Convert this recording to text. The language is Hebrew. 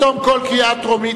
בתום כל קריאה טרומית,